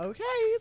Okay